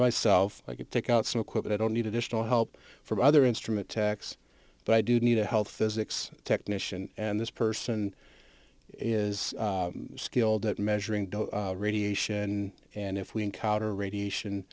myself i could take out so quickly i don't need additional help from other instrument techs but i do need a health as it's technician and this person is skilled at measuring radiation and if we encounter radiation